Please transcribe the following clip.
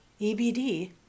ebd